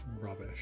Rubbish